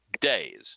days